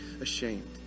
ashamed